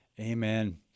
Amen